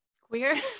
queer